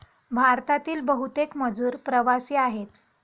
भारतातील बहुतेक मजूर प्रवासी आहेत